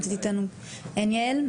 אין יעל,